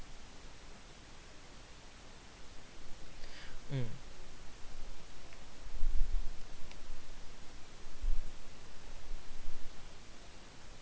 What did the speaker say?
mm